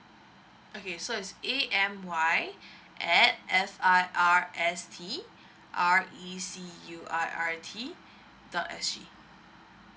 okay so it's A_M_Y at F_I_R_S_T R_E_C_U_R_R_T dot S_G